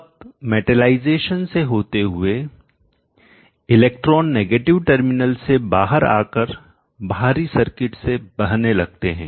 अब मेटलाइजेशन से होते हुए इलेक्ट्रॉन नेगेटिव टर्मिनल से बाहर आकर बाहरी सर्किट से बहने लगते हैं